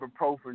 ibuprofen